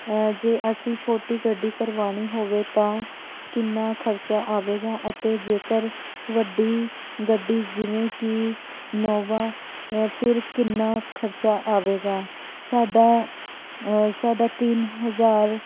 ਜੇ ਅਸੀਂ ਛੋਟੀ ਗੱਡੀ ਕਰਵਾਉਣੀ ਹੋਵੇ ਤਾਂ ਕਿੰਨਾ ਖਰਚਾ ਆਵੇਗਾ ਅਤੇ ਜੇਕਰ ਵੱਡੀ ਗੱਡੀ ਜਿਵੇਂ ਕਿ ਇਨੋਵਾ ਫਿਰ ਕਿੰਨਾ ਖਰਚਾ ਆਵੇਗਾ ਸਾਡਾ ਸਾਡਾ ਤਿੰਨ ਹਜ਼ਾਰ